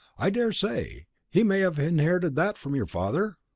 i dare say he may have inherited that from your father?